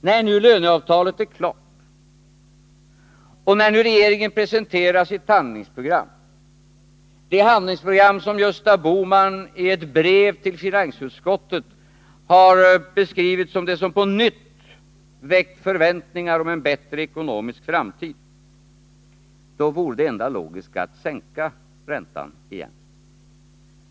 När nu löneavtalet är klart och när nu regeringen presenterar sitt handlingsprogram — det handlingsprogram som Gösta Bohman i ett brev till finansutskottet har beskrivit som det som på nytt väckt förväntningar om en bättre ekonomisk framtid — då vore det enda logiska att sänka räntan igen.